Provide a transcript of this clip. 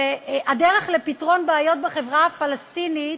הדרך לפתרון בעיות בחברה הפלסטינית,